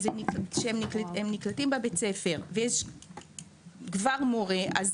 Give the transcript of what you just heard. שהם נקלטים בבית-ספר וכבר יש מורה,